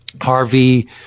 Harvey